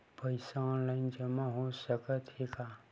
पईसा ऑनलाइन जमा हो साकत हे का?